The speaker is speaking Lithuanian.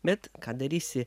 bet ką darysi